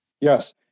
Yes